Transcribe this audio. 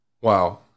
Wow